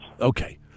Okay